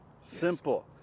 Simple